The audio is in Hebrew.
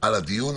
על הדיון,